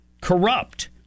corrupt